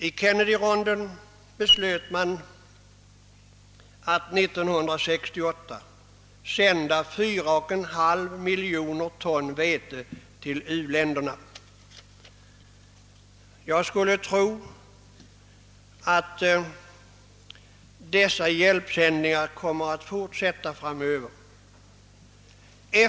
I Kennedyronden beslöt man att 1968 sända 4,5 miljoner ton vete till u-länderna. Jag skulle tro att dessa hjälpsändningar kommer att fortsätta framöver.